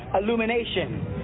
illumination